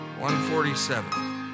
147